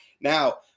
Now